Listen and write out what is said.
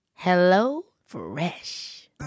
HelloFresh